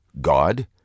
God